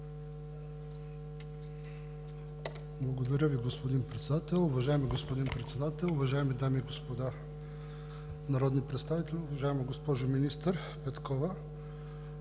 Благодаря Ви, господин Председател. Уважаеми господин Председател, уважаеми дами и господа народни представители! Уважаема госпожо министър Петкова,